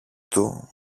του